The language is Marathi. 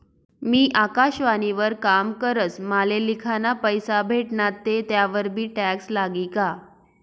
मी आकाशवाणी वर काम करस माले लिखाना पैसा भेटनात ते त्यावर बी टॅक्स लागी का?